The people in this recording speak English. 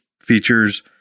features